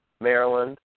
Maryland